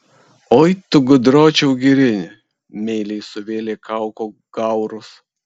oi tu gudročiau girini meiliai suvėlė kauko gaurus